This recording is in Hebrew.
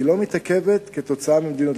היא לא מתעכבת כתוצאה ממדיניות.